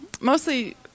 mostly